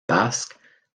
basque